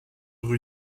rue